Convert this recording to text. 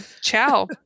ciao